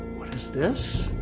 what is this?